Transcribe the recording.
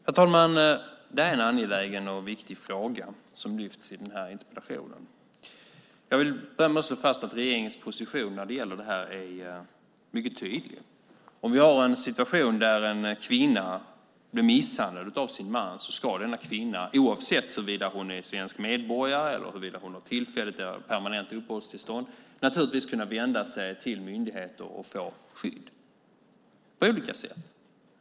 Herr talman! Det är en angelägen och viktig fråga som lyfts fram i den här interpellationen. Jag vill börja med att slå fast att regeringens position är mycket tydlig när det gäller detta. Om vi har en situation där en kvinna blir misshandlad av sin man ska denna kvinna, oavsett om hon är svensk medborgare eller har tillfälligt eller permanent uppehållstillstånd, naturligtvis kunna vända sig till myndigheter och få skydd på olika sätt.